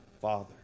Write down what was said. Father